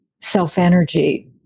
self-energy